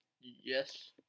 Yes